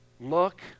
Look